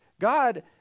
God